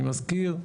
אני מזכיר,